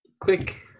quick